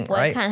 right